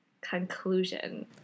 conclusion